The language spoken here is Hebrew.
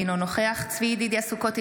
אינו נוכח צבי ידידיה סוכות,